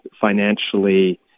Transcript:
financially